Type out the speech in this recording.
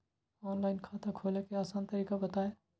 Online खाता खोले के आसान तरीका बताए?